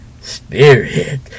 spirit